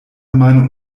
meinung